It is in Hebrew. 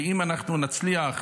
ואם אנחנו נצליח